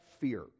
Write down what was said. fear